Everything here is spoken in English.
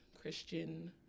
Christian